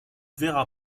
verra